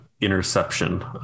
interception